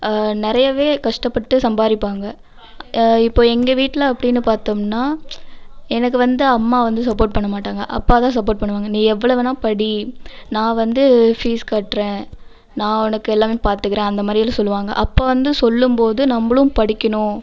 நிறையாவே கஷ்டப்பட்டு சம்பாதிப்பாங்க இப்போது எங்கள் வீட்டில் எப்படின்னு பார்த்தம்னா எனக்கு வந்து அம்மா வந்து சப்போர்ட் பண்ணமாட்டாங்க அப்பாதான் சப்போர்ட் பண்ணுவாங்க நீ எவ்வளோ வேணால் படி நான் வந்து ஃபீஸ் கட்டுறேன் நான் உனக்கு எல்லாமே பார்த்துக்கிறேன் அந்தமாதிரி எல்லாம் சொல்லுவாங்க அப்போ வந்து சொல்லும்போது நம்பளும் படிக்கணும்